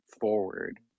forward